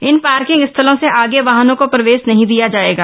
इन parking स्थलों से आगे वाहनों को प्रवेश नहीं दिया जाएगा